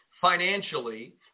financially